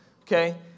Okay